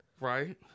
Right